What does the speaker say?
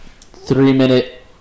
three-minute